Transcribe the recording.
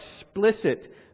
explicit